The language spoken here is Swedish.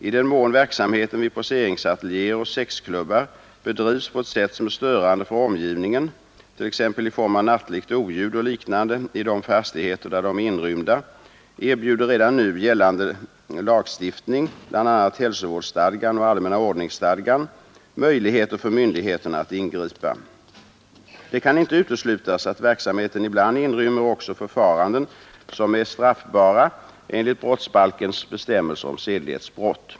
I den mån verksamheten vid poseringsateljéer och sexklubbar bedrivs på ett sätt som är störande för omgivningen — t.ex. i form av nattligt oljud och liknande i de fastigheter där de är inrymda — erbjuder redan nu gällande lagstiftning, bl.a. hälsovårdsstadgan, möjligheter för myndigheterna att ingripa. Det kan inte uteslutas att verksamheten ibland inrymmer också förfaranden som är straffbara enligt brottsbalkens bestämmelser om sedlighetsbrott.